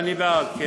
אני בעד, כן.